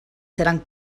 seran